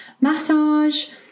massage